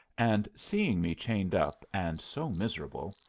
and seeing me chained up and so miserable,